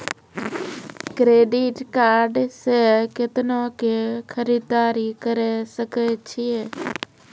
Credit card से कितना के खरीददारी करे सकय छियै?